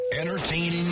Entertaining